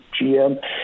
GM